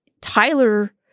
tyler